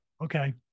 Okay